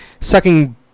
sucking